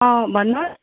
अँ भन्नुहोस्